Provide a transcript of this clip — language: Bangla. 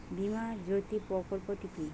বীমা জ্যোতি প্রকল্পটি কি?